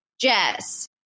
Jess